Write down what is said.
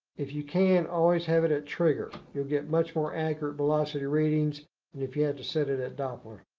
if you can, always have it at trigger. you'll get much more accurate velocity readings than if you had to set it at doppler.